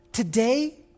Today